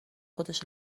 خودش